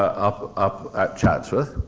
up up at chatsworth.